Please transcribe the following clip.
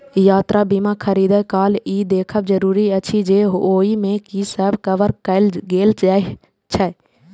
यात्रा बीमा खरीदै काल ई देखब जरूरी अछि जे ओइ मे की सब कवर कैल गेल छै